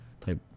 type